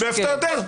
מאיפה אתה יודע?